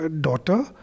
daughter